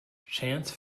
chance